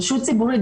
רשות ציבורית.